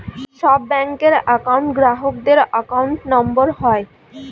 সব ব্যাঙ্কের একউন্ট গ্রাহকদের অ্যাকাউন্ট নম্বর হয়